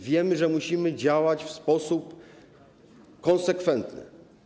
Wiemy, że musimy działać w sposób konsekwentny.